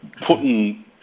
putting